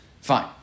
Fine